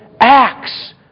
acts